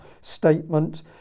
statement